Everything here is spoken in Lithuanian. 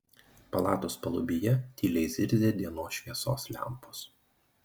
palatos palubyje tyliai zirzė dienos šviesos lempos